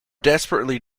desperately